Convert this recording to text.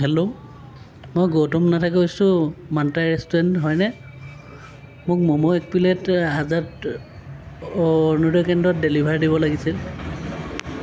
hello মই গৌতম নাথে কৈছোঁ মানটাই ৰেষ্টুৰেণ্ট হয়নে মোক মমো এক প্লেট আজাদ অৰুণোদয় কেন্দ্ৰত ডেলিভাৰ দিব লাগিছিল